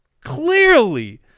clearly